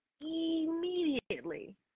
immediately